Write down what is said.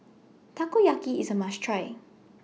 Takoyaki IS A must Try